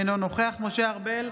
אינו נוכח משה ארבל,